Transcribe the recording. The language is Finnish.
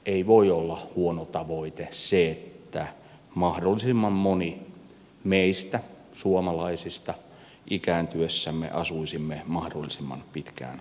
ei voi olla huono tavoite se että mahdollisimman moni meistä suomalaisista ikääntyessään asuisi mahdollisimman pitkään kotona